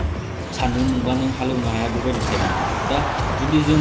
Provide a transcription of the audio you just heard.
सान्दुं दुंब्ला नों हाल एवनो हाया बेबादि टाइपनि दा जुदि जोङो